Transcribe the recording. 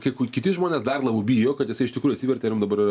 kai kiti žmonės dar labiau bijo kad jisai iš tikrųjų atsivertė ir jam dabar